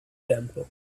tempo